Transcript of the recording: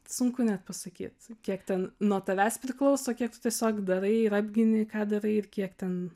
sunku net pasakyt kiek ten nuo tavęs priklauso kiek tu tiesiog darai ir apgini ką darai ir kiek ten